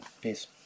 Peace